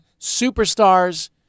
Superstars